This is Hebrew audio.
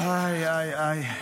איי איי איי.